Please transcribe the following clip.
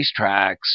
racetracks